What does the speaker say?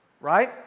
Right